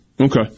Okay